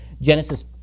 Genesis